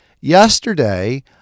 Yesterday